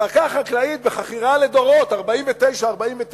קרקע חקלאית בחכירה לדורות, 49:49,